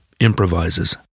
improvises